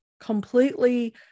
completely